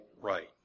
right